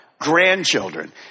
grandchildren